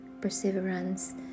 perseverance